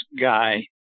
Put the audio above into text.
guy